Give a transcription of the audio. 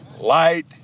light